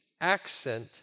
accent